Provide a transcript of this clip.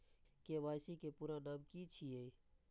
KYC के पूरा नाम की छिय?